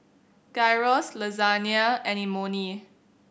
Gyros Lasagne and Imoni